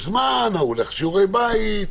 יש זמן אחד הולך לעשות שיעורי בית,